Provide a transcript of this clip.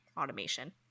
automation